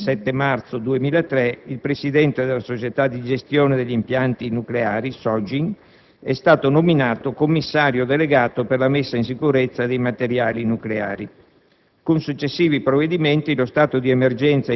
e con ordinanza del Presidente del Consiglio dei ministri del 7 marzo 2003, il presidente della Società di gestione degli impianti nucleari (SOGIN) è stato nominato commissario delegato per la messa in sicurezza dei materiali nucleari.